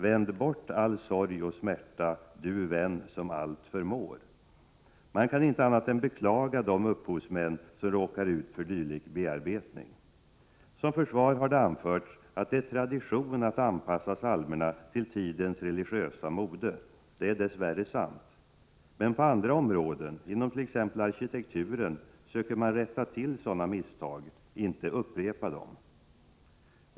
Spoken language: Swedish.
Vänd bort all sorg och smärta, du vän som allt förmår.” Man kan inte annat än beklaga de upphovsmän som råkar ut för dylik bearbetning. Som försvar har anförts att det är tradition att anpassa psalmerna till tidens religiösa mode. Det är dess värre sant. Men på andra områden, t.ex. inom arkitekturen, söker man rätta till sådana misstag, inte upprepa dem.